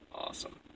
awesome